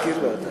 תזכיר לו אותה.